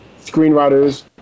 Screenwriters